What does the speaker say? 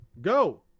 Go